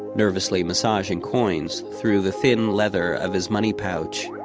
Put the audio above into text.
nervously massaging coins through the thin leather of his money pouch.